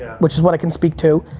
which is what i can speak to,